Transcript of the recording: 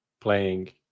playing